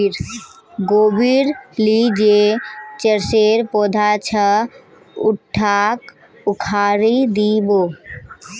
गोबीर ली जे चरसेर पौधा छ उटाक उखाड़इ दी बो